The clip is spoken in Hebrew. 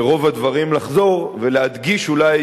ברוב הדברים, לחזור ולהדגיש אולי,